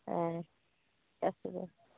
अह गासैबो